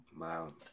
Wow